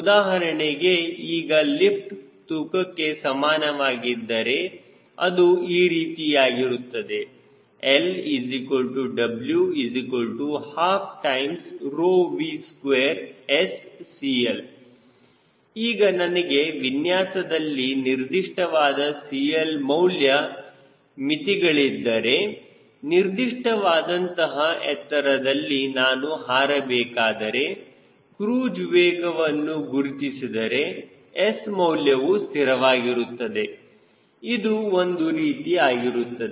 ಉದಾಹರಣೆಗೆ ಈಗ ಲಿಫ್ಟ್ ತೂಕಕ್ಕೆ ಸಮಾನ ವಾಗಿದ್ದರೆ ಅದು ಈ ರೀತಿಯಾಗಿರುತ್ತದೆ LW12V2SCL ಈಗ ನನಗೆ ವಿನ್ಯಾಸದಲ್ಲಿ ನಿರ್ದಿಷ್ಟವಾದ CL ಮೌಲ್ಯ ಮಿತಿಗಳಿದ್ದರೆ ನಿರ್ದಿಷ್ಟವಾದಂತಹ ಎತ್ತರದಲ್ಲಿ ನಾನು ಹಾರಬೇಕಾದರೆ ಕ್ರೂಜ್ ವೇಗವನ್ನು ಗುರುತಿಸಿದರೆ S ಮೌಲ್ಯವು ಸ್ಥಿರವಾಗಿರುತ್ತದೆ ಇದು ಒಂದು ರೀತಿ ಆಗಿರುತ್ತದೆ